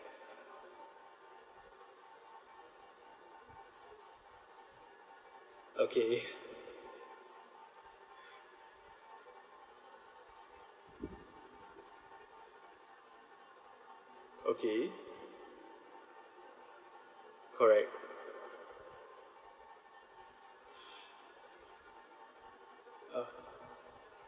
okay okay correct oh